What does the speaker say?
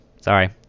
Sorry